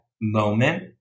moment